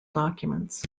documents